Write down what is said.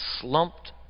slumped